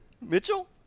Mitchell